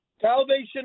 Salvation